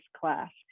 class